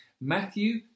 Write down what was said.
Matthew